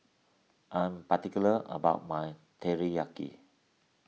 I am particular about my Teriyaki